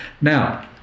Now